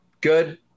Good